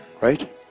right